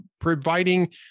providing